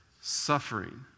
suffering